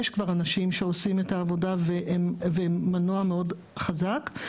יש כבר אנשים שעושים את העבודה והם מנוע מאוד חזק.